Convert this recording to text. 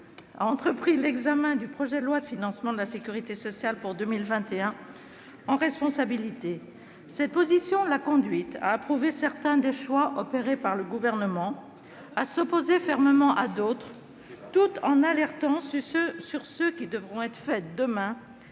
a entrepris l'examen du projet de loi de financement de la sécurité sociale (PLFSS) pour 2021 en responsabilité. Cette position l'a conduite à approuver certains des choix opérés par le Gouvernement et à s'opposer fermement à d'autres, tout en alertant sur ceux qui devront être faits demain,